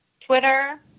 Twitter